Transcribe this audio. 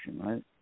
right